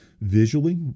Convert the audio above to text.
visually